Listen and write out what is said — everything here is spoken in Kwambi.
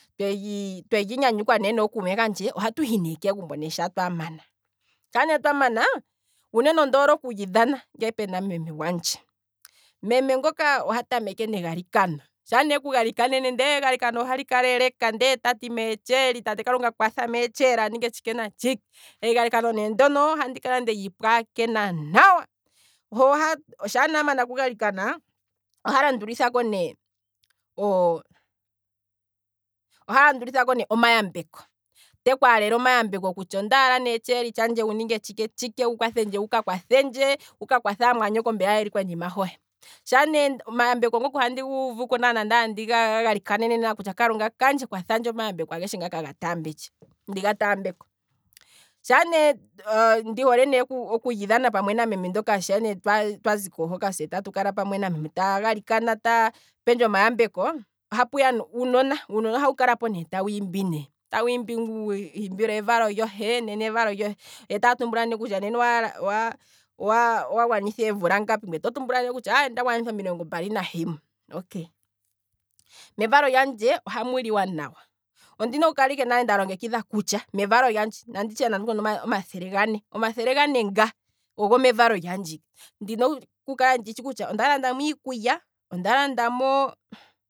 Twelyi twelyi nyanyukwa ne nookume kandje, ohatu hi ne kegumbo shee twamana, uunene ondi hole okuli dhana uuna puna meme gwandje, meme ngoka oha tameke negalikano nde shampa eku galikanene nde egalikano ohali kala eleka ndee tati meetsheeli, tate kalunga kwatha meetsheeli aninge tshike natshike, egalikano ne ndono ohandi kala ndeli pwaakina nawa, hoha, shaa ne amana okugalikana oha landulithako ne ooo, oha landulithako ne omayambeka, teku halele ne omayambeko tati ondaala ne tsheeli tshandje wuninge tshike tshike wu kwathendje wuka kwathe aamwanyoko mbeya yeli konima hohe, sha ne omayambeko ngoka ohandi guuvuko lela nawa ndee tandi ga galikanene nawa kutya kalunga kandje kwathandje omayambeko ngaka ageshe ngaka ga taambendje, ndiga taambeko, shaa ne ndi hole okuli dhana pamwe nameme ndoka, sha ne twaziko hoka tatu kala pamwe nameme ta galikana ye ta pendje omayambeko, ohapuya uunona, uunona ohawu kalapo ne tawu imbi ne, tawu imbi ngaa uhimbilo, nena evalo lyohe, nena evalo lyohe, yo taya tumbula ne kutya nena emvalo lyohe owa- owa- owa gwanitha eemvula ngapi, ngwee to tumbula ne kutya onda gwanitha omilongo mbali na himwe, okay, mevalo lyandje ohamu liwa nawa ondina oku kala ike nda longekidha kutya nanditye ondina ike omathele gane, omathele gane nga ogo mevalo lyandje ike ndina oku kala nditshi kutya onda landamo iikulya, onda landamo